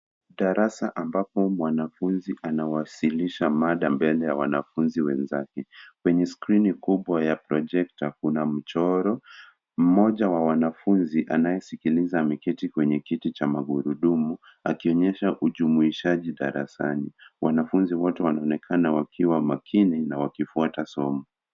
Darasa ambapo mwanafunzi anawasilisha mada mbele ya wanafunzi wenzake. Kwenye skrini kubwa ya projekta kuna mchoro mmoja wa wanafunzi. Anayesikiliza ameketi kwenye kitu cha magurudumu akionyesha ujumuishaji darasani. Wanafunzi wote wanaonekana wakiwa makini na wakifuata somo.